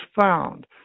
found